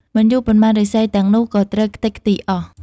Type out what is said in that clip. មិនយូរប៉ុន្មានឫស្សីទាំងនោះក៏ត្រូវខ្ទេចខ្ទីអស់។